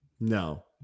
No